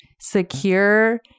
secure